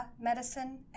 medicine